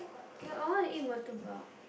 K I want to eat Murtabak